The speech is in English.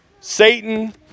Satan